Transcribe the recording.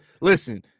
listen